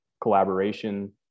collaboration